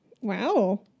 Wow